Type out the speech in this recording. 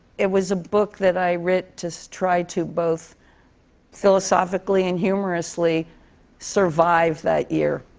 it was a book that i wrote to so try to both philosophically and humorously survive that year.